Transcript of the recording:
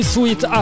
Sweet